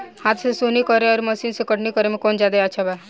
हाथ से सोहनी करे आउर मशीन से कटनी करे मे कौन जादे अच्छा बा?